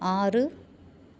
ஆறு